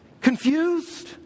Confused